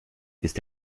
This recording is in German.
ist